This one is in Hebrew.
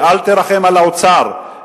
אל תרחם על האוצר.